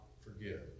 forgive